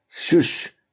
Shush